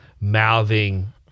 Mouthing